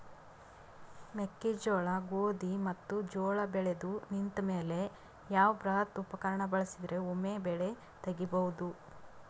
ಮೆಕ್ಕೆಜೋಳ, ಗೋಧಿ ಮತ್ತು ಜೋಳ ಬೆಳೆದು ನಿಂತ ಮೇಲೆ ಯಾವ ಬೃಹತ್ ಉಪಕರಣ ಬಳಸಿದರ ವೊಮೆ ಬೆಳಿ ತಗಿಬಹುದು?